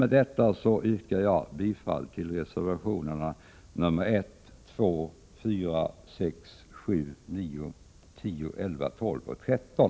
Med detta yrkar jag bifall till reservationerna 1, 2,4, 6, 7,9, 10, 11, 12 och 13.